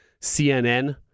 CNN